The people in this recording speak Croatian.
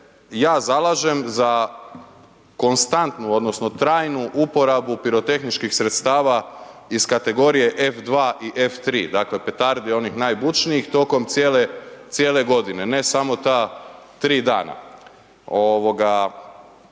ja zalažem za konstantnu odnosno trajnu uporabu pirotehničkih sredstava ih kategorije F2 i F3. Dakle, petardi onih najbučnijih tokom cijele godine, ne samo ta tri dana.